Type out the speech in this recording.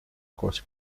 koos